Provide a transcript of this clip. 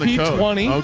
ah yeah twenty